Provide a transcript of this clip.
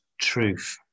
truth